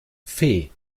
fee